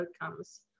outcomes